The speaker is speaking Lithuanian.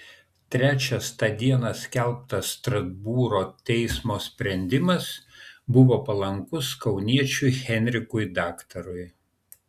trečias tą dieną skelbtas strasbūro teismo sprendimas buvo palankus kauniečiui henrikui daktarui